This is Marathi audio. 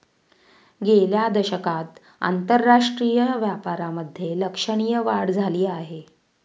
गेल्या दशकात आंतरराष्ट्रीय व्यापारामधे लक्षणीय वाढ झाली आहे